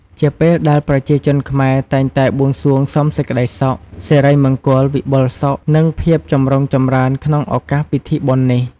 ជាពេលដែលប្រជាជនខ្មែរតែងតែបួងសួងសុំសេចក្ដីសុខ សិរីមង្គល វិបុលសុខ និងភាពចម្រុងចម្រើនក្នុងឱកាសពិធីបុណ្យនេះ។